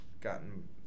gotten